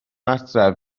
adref